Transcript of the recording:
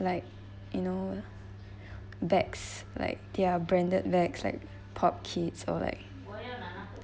like you know bags like their branded bags like pop kids or like